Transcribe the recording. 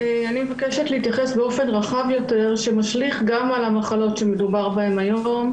אני מבקשת להתייחס באופן רחב יותר שמשליך גם על המחלות שמדובר בהן היום,